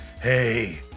Hey